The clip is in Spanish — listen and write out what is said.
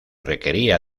requería